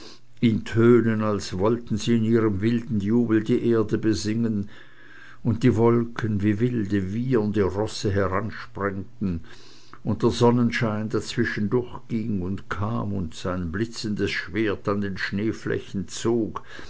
in tönen als wollten sie in ihrem wilden jubel die erde besingen und die wolken wie wilde wiehernde rosse heransprengten und der sonnenschein dazwischen durchging und kam und sein blitzendes schwert an den schneeflächen zog